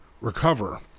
recover